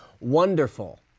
Wonderful